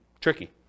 tricky